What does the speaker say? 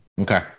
Okay